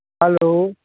hello